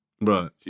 Right